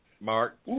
Mark